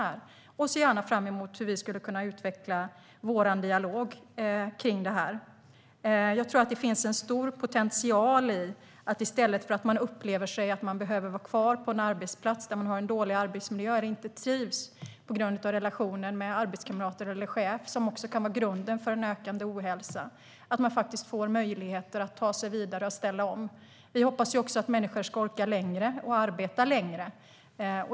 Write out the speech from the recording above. Jag ser fram emot hur vi skulle kunna utveckla vår dialog kring detta. Jag tror att det finns en stor potential i detta, det vill säga att man i stället för att uppleva att man behöver vara kvar på en arbetsplats där man har en dålig arbetsmiljö eller inte trivs på grund av relationen med arbetskamrater eller chef, vilket kan vara grunden för en ökande ohälsa, faktiskt får möjligheter att ta sig vidare och ställa om. Vi hoppas också att människor ska orka längre och arbeta längre.